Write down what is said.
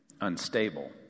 unstable